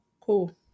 cool